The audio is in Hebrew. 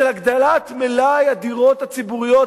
של הגדלת מלאי הדירות הציבוריות,